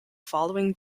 following